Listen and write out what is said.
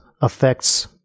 affects